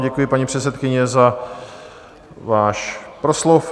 Děkuji vám, paní předsedkyně, za váš proslov.